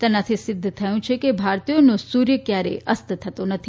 તેનાથી સિદ્ધ થયું છે કે ભારતીયોનો સૂર્ય ક્વારેય અસ્ત થતો નથી